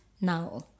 now